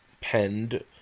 penned